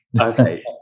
Okay